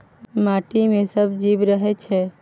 माटि मे सब जीब रहय छै